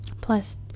Plus